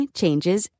changes